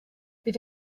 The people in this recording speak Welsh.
bydd